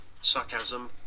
sarcasm